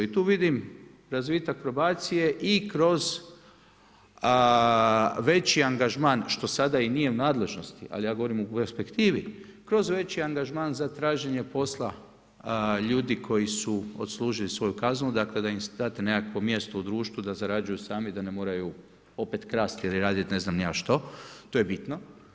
I tu vidim razvitak probacije i kroz veći angažman što sada i nije u nadležnosti, ali ja govorim o perspektivi, kroz veći angažman za traženje posla ljudi koji su odslužili svoju kaznu, dakle da im date nekakvo mjesto u društvu da zarađuju sami, da ne moraju opet krast ili radit ne znam ni ja što, to je bitno.